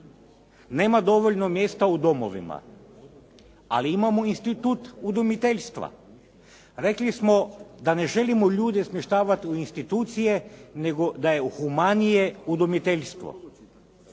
Nema dovoljno mjesta u domovima, ali imamo institut udomiteljstva. Rekli smo da ne želimo ljude smještavati u institucije nego da je humanije udomiteljstvo.